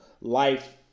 life